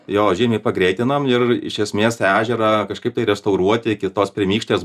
jo žymiai pagreitinom ir iš esmės ežerą kažkaip tai restauruoti iki tos pirmykštės